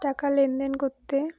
টাকা লেনদেন করতে